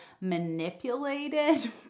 manipulated